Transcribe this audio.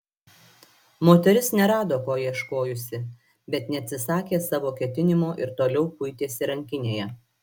moteris nerado ko ieškojusi bet neatsisakė savo ketinimo ir toliau kuitėsi rankinėje